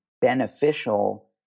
beneficial